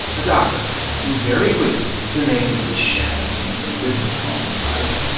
a doctor who very quickly gives a name to this shadow he's been living with all his life,